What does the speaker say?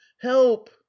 help